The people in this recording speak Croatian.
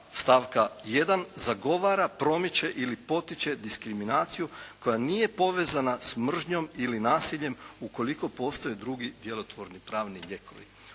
stavka 1. zagovara, promiče ili potiče diskriminaciju koja nije povezana s mržnjom ili nasiljem ukoliko postoje drugi djelotvorni pravni lijekovi.